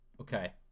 okay